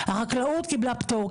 החקלאות קיבלה פטור,